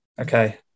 Okay